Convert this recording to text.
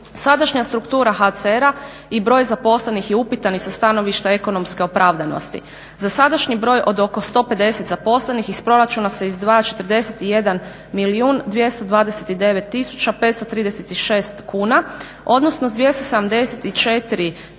Sadašnja struktura HCR-a i broj zaposlenih je upitan i sa stanovišta ekonomske opravdanosti. Za sadašnji broj od oko 150 zaposlenih iz proračuna se izdvaja 41 299 536 kuna, odnosno s 274 863